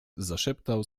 zaszeptał